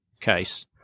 case